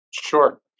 Sure